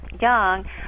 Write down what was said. young